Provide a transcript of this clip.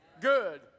Good